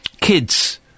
Kids